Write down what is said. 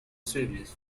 serviço